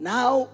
Now